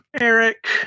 Eric